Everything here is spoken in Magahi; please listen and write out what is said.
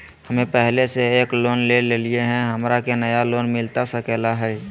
हमे पहले से एक लोन लेले हियई, हमरा के नया लोन मिलता सकले हई?